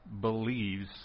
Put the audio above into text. believes